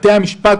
בתי המשפט,